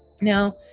now